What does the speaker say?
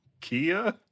Kia